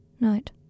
Night